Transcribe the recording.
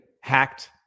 hacked